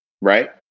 Right